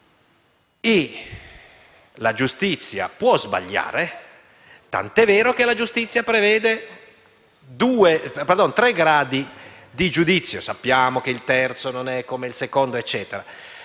La giustizia può sbagliare, tant'è vero che la giustizia prevede tre gradi di giudizio. Sappiamo che il terzo non è uguale al secondo ma,